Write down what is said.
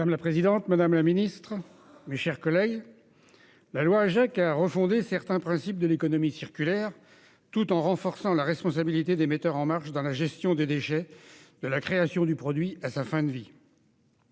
Madame la présidente, madame la secrétaire d'État, mes chers collègues, la loi Agec a refondé certains principes de l'économie circulaire, tout en renforçant la responsabilité des metteurs sur le marché dans la gestion des déchets, de la création du produit à sa fin de vie.